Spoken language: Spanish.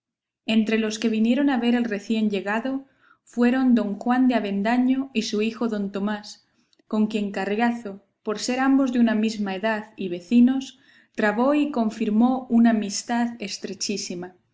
entre los que vinieron a ver el recién llegado fueron don juan de avendaño y su hijo don tomás con quien carriazo por ser ambos de una misma edad y vecinos trabó y confirmó una amistad